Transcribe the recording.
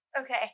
Okay